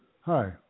Hi